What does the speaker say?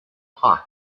hawk